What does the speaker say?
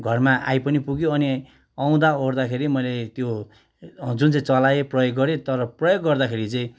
घरमा आई पनि पुग्यो अनि आउँदा ओर्दाखेरि मैले त्यो जुन चाहिँ चलाएँ प्रयोग गरेँ तर प्रयोग गर्दाखेरि चाहिँ